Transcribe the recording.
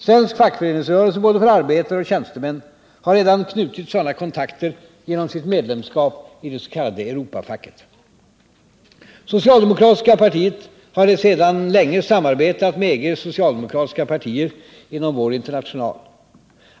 Svensk fackföreningsrörelse, både för arbetare och tjänstemän, har redan knutit sådana kontakter genom sitt medlemskap i det s.k. Europafacket. Socialdemokratiska partiet har för sin del länge samarbetat med EG:s socialdemokratiska partier inom Socialistiska internationalen.